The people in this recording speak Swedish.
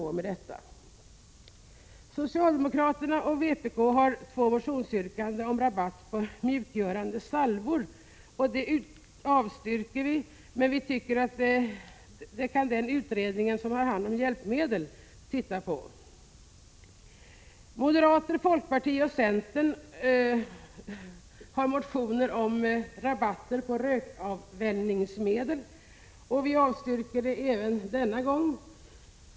Socialdemokraterna och vpk har två motionsyrkanden om rabatt på mjukgörande salvor. Dessa motionsyrkanden avstyrker utskottsmajoriteten. Utskottsmajoriteten anser emellertid att den utredning som handlägger hjälpmedelsfrågor kan se över även denna fråga. Moderaterna, folkpartiet och centern har väckt motioner om rabatt på rökavvänjningsmedel. Dessa motioner avstyrks även denna gång.